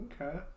Okay